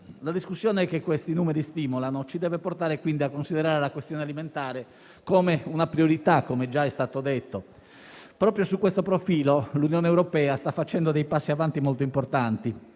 La discussione che questi numeri stimolano ci deve portare, quindi, a considerare la questione alimentare come una priorità. Proprio su questo profilo, l'Unione europea sta facendo dei passi avanti molto importanti,